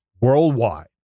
worldwide